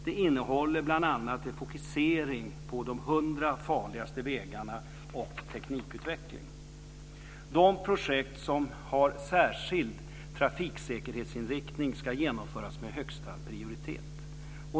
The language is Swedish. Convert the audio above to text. Det innehåller bl.a. en fokusering på de 100 farligaste vägarna och teknikutveckling. De projekt som har särskild trafiksäkerhetsinriktning ska genomföras med högsta prioritet.